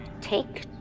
take